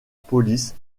police